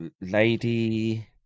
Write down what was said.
Lady